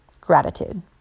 Gratitude